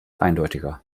eindeutiger